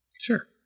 Sure